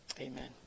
amen